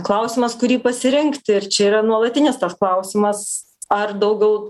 klausimas kurį pasirinkti ir čia yra nuolatinis tas klausimas ar daugiau